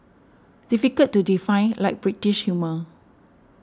difficult to define like British humour